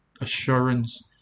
assurance